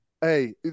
Hey